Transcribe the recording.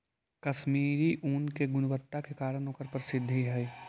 कश्मीरी ऊन के गुणवत्ता के कारण ओकर प्रसिद्धि हइ